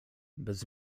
bez